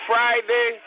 Friday